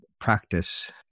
practice